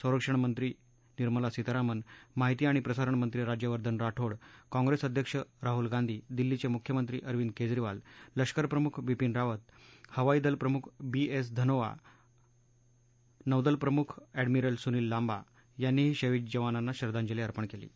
संरक्षणमंत्री निर्मला सीतारामन माहिती आणि प्रसारणमंत्री राज्यवर्धन राठोड काँग्रेस अध्यक्ष राहुल गांधी दिल्लीचे मुख्यमंत्री अरवींद केजरीवाल लष्करप्रमुख बिपीन रावत हवाई दल प्रमुख बी एस धनोवा आम नौदल प्रमुख अडमिरल सुनील लांबा यांनीही शहीद जवानांना श्रध्दांजली अर्पण केली आहे